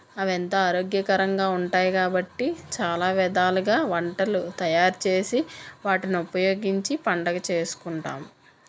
అవి ఎంత ఆరోగ్యకరంగా ఉంటాయి కాబట్టి చాలా విధాలుగా వంటలు తయారు చేసి వాటిని ఉపయోగించి పండగ చేసుకుంటాము